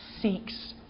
seeks